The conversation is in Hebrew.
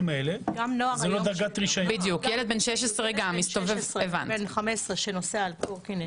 כמו ילד בן 16 שנוסע על קורקינט.